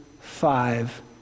five